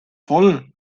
voll